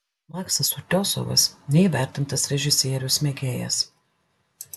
maksas utiosovas neįvertintas režisierius mėgėjas